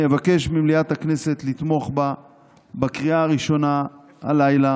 אני מבקש ממליאת הכנסת לתמוך בהצעת החוק בקריאה הראשונה הלילה